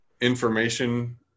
information